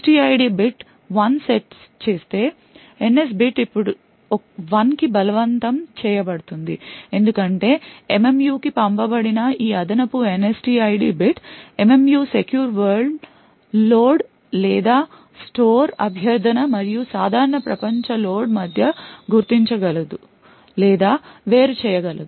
NSTID bit 1 set చేస్తే NS bit ఇప్పుడు 1 కి బలవంతం చేయబడుతుంది ఎందుకంటే MMU కి పంపబడిన ఈ అదనపు NSTID bit MMU secure world load లేదా స్టోర్ అభ్యర్థన మరియు సాధారణ ప్రపంచ లోడ్ మధ్య గుర్తించగలదు లేదా వేరు చేయగలదు